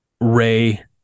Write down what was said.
Ray